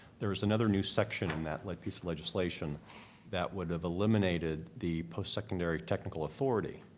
there is another new section in that like piece of legislation that would have eliminated the post-secondary technical authority.